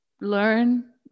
learn